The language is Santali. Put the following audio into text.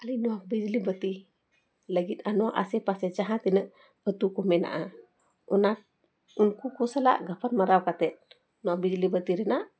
ᱟᱹᱞᱤᱧ ᱱᱚᱣᱟ ᱵᱤᱡᱽᱞᱤ ᱵᱟᱹᱛᱤ ᱞᱟᱹᱜᱤᱫ ᱟᱨ ᱱᱚᱣᱟ ᱟᱥᱮ ᱯᱟᱥᱮ ᱡᱟᱦᱟᱸ ᱛᱤᱱᱟᱹᱜ ᱟᱛᱳ ᱠᱚ ᱢᱮᱱᱟᱜᱼᱟ ᱚᱱᱟ ᱩᱱᱠᱩ ᱠᱚ ᱥᱟᱞᱟᱜ ᱜᱟᱯᱟᱞ ᱢᱟᱨᱟᱣ ᱠᱟᱛᱮᱫ ᱱᱚᱣᱟ ᱵᱤᱡᱽᱞᱤ ᱵᱟᱹᱛᱤ ᱨᱮᱱᱟᱜ